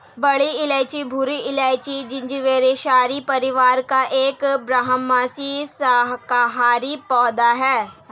बड़ी इलायची भूरी इलायची, जिंजिबेरेसी परिवार का एक बारहमासी शाकाहारी पौधा है